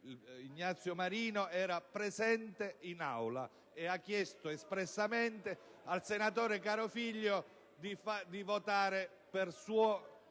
Ignazio Marino era presente in Aula e ha chiesto espressamente al senatore Carofiglio di votare per suo conto